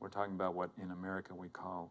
we're talking about what in america we call